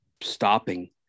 stopping